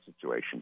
situation